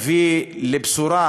תביא בשורה